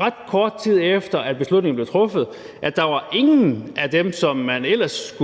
ret kort tid efter at beslutningen blev truffet, at ingen af dem, som man ellers